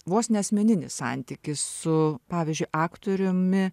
vos ne asmeninis santykis su pavyzdžiui aktoriumi